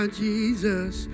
jesus